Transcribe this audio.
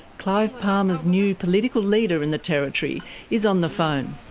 clive palmer's new political leader in the territory is on the phone.